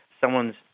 someone's